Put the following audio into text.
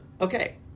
Okay